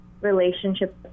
relationship